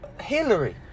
Hillary